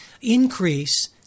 increase